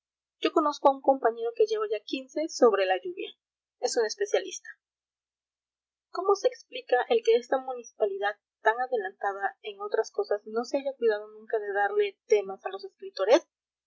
yo conozco a un compañero que lleva ya quince sobre la lluvia es un especialista cómo se explica el que esta municipalidad tan adelantada en otras cosas no se haya cuidado nunca de darle temas a los escritores